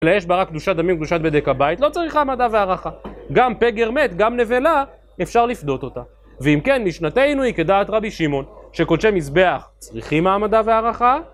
שיש בה רק קדושת דמים, קדושת בדק הבית, לא צריכה העמדה והערכה. גם פגר מת, גם נבלה, אפשר לפדות אותה. ואם כן, משנתנו היא כדעת רבי שמעון, שקודשי מזבח, צריכים העמדה והערכה,